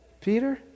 Peter